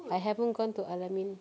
I haven't gone to al-amin